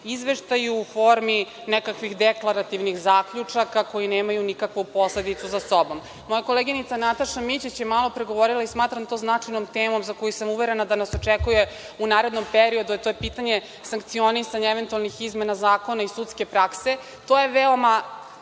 izveštaji u formi nekakvih deklarativnih zaključaka koji nemaju nikakvu posledicu sa sobom. Moje koleginica Nataša Mićić, malo pre je govorila i smatram da to značajnom temom za koju sam uverena da nas očekuje u narednom periodu, to je pitanje sankcionisanja eventualnih izmena zakona i sudske prakse. To je veoma